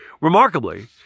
Remarkably